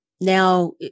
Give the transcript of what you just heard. Now